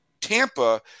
Tampa